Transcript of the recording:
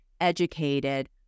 Educated